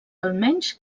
almenys